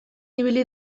ibili